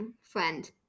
friend